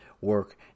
work